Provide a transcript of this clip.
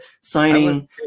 signing